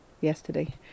yesterday